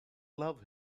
love